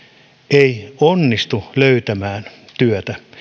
ei onnistu löytämään työtä